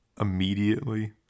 Immediately